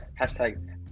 hashtag